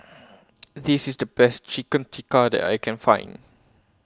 This IS The Best Chicken Tikka that I Can Find